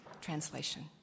translation